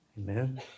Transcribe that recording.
Amen